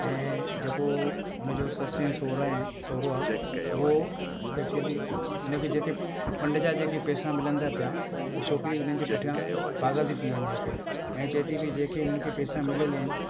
ऐं जेको उनजो ससु ऐं सहुरा आहिनि सोहुरो आहे उहो एक्चूली इनखे जेके फंड जा जेके पैसा मिलनि था पिया हूअ छोकिरी उन जे पुठिया पागल थी थी वञे पई ऐं चए थी जेके इन्हनि खे पैसा मिलियल आहिनि